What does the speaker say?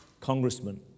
congressman